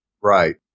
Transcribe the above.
Right